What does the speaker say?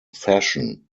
fashion